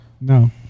no